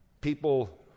People